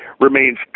remains